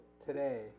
today